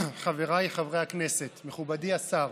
חבריי חברי הכנסת, מכובדי השר,